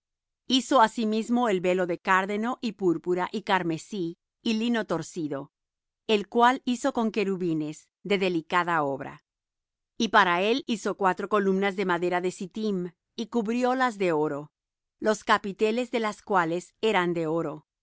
hizo asimismo el velo de cárdeno y púrpura y carmesí y lino torcido el cual hizo con querubines de delicada obra y para él hizo cuatro columnas de madera de sittim y cubriólas de oro los capiteles de las cuales eran de oro é